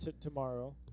tomorrow